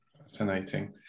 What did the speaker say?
Fascinating